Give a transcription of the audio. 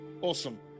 awesome